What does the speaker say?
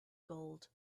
gold